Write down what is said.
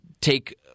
take